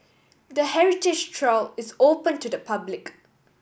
the heritage trail is open to the public